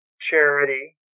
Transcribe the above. charity